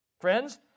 Friends